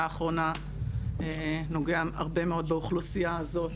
האחרונה נוגע הרבה מאוד באוכלוסייה הזאת.